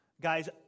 guys